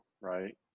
right